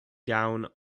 down